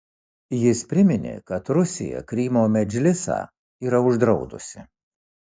jis priminė kad rusija krymo medžlisą yra uždraudusi